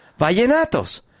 Vallenatos